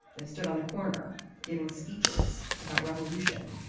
they've stood on the corner giving speeches about revolution